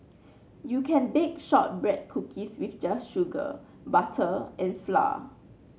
you can bake shortbread cookies with just sugar butter and flour